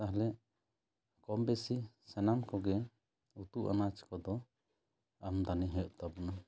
ᱛᱟᱦᱚᱞᱮ ᱠᱚᱢ ᱵᱮᱥᱤ ᱥᱟᱱᱟᱢ ᱠᱚᱜᱮ ᱩᱛᱩ ᱟᱱᱟᱡᱽ ᱠᱚᱫᱚ ᱟᱢᱫᱟᱱᱤ ᱦᱩᱭᱩᱜ ᱛᱟᱵᱚᱱᱟ